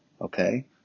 Okay